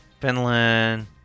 Finland